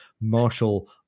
Marshall